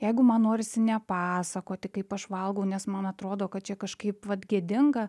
jeigu man norisi nepasakoti kaip aš valgau nes man atrodo kad čia kažkaip vat gėdinga